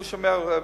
הוא שומע לבית-משפט.